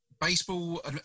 baseball